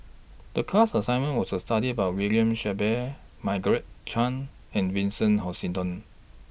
The class assignment was to study about William Shellabear Margaret Chan and Vincent Hoisington